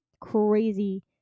crazy